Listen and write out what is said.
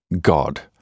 God